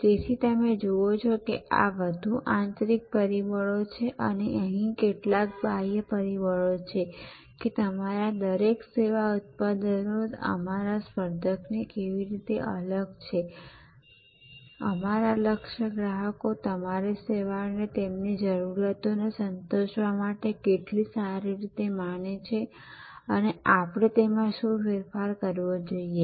તેથી તમે જુઓ છો કે આ વધુ આંતરિક પરિબળો છે અને અહીં કેટલાક બાહ્ય પરિબળો છે કે અમારા દરેક સેવા ઉત્પાદનો અમારા સ્પર્ધકોથી કેવી રીતે અલગ છે અમારા લક્ષ્ય ગ્રાહકો અમારી સેવાને તેમની જરૂરિયાતોને સંતોષવા માટે કેટલી સારી રીતે માને છે અને આપણે તેમાં શું ફેરફાર કરવો જોઈએ